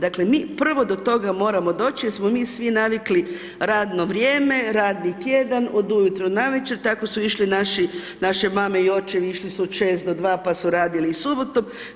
Dakle, mi prvo do toga moramo doći, jer smo mi svi navikli, radno vrijeme, radni tjedan, od ujutro navečer, tako su išle naše mame i očevi išli su od 6 do 2 pa su radili i subotom.